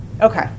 Okay